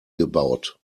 gebaut